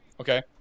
Okay